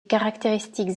caractéristiques